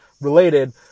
related